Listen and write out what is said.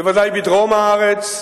בוודאי בדרום הארץ,